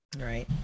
right